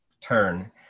turn